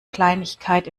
kleinigkeit